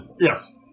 Yes